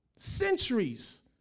Centuries